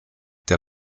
der